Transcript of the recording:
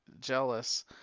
jealous